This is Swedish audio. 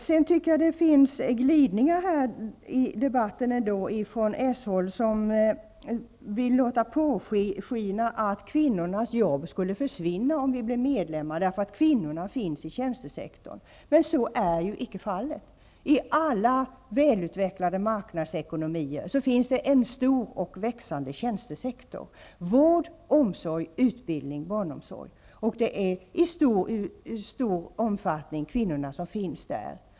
Jag tycker att det har förekommit glidningar här i debatten från s-håll, där man vill låta påskina att kvinnornas jobb skulle försvinna om vi blir medlemmar, eftersom kvinnorna finns inom tjänstesektorn. Men så är icke fallet. I alla utvecklade marknadsekonomier finns det en stor och växande tjänstesektor -- vård, omsorg, barnomsorg och utbildning -- och det är i stor omfattning kvinnorna som finns där.